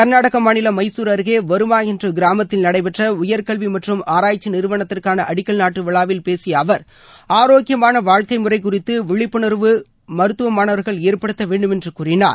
கர்நாடக மாநிலம் மைசூரு அருகே வறுமா என்ற கிராமத்தில் நடைபெற்ற உயர்கல்வி மற்றும் ஆராய்ச்சி நிறுவனத்திற்கான அடிக்கல் நாட்டு விழாவில் பேசிய அவர் ஆரோக்கியமான வாழ்க்கை முறை குறித்த விழிப்புணர்வு மருத்துவ மாணவர்கள் ஏற்படுத்த வேண்டுமென்று கூறினார்